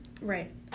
right